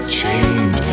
change